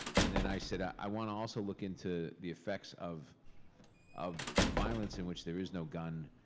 and then i said, i wanna also look into the effects of of violence in which there is no gun,